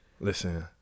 Listen